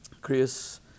Chris